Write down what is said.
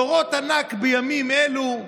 תורי ענק בימים אלו.